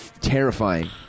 terrifying